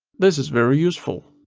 this is very useful.